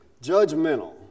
Judgmental